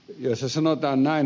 tässä sanotaan näin